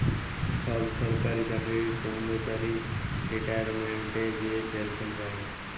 ছব সরকারি চাকরির কম্মচারি রিটায়ারমেল্টে যে পেলসল পায়